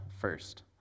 first